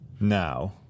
now